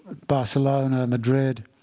barcelona, madrid,